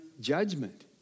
judgment